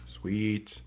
Sweet